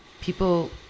people